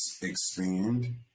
expand